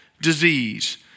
disease